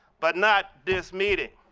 but not this meeting.